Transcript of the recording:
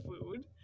food